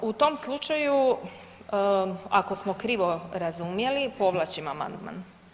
Pa u tom slučaju ako smo krivo razumjeli povlačim amandman.